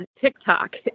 TikTok